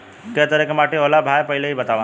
कै तरह के माटी होला भाय पहिले इ बतावा?